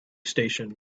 station